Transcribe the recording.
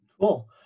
Cool